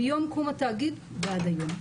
מיום קום התאגיד ועד היום.